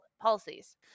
policies